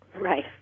Right